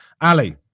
Ali